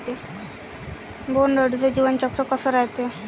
बोंड अळीचं जीवनचक्र कस रायते?